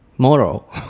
moral